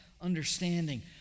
understanding